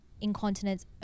incontinence